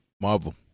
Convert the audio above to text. Marvel